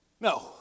No